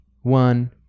one